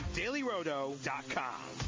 dailyroto.com